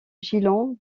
gillon